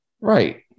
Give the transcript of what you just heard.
right